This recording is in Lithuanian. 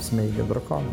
smeigia drakoną